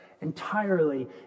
entirely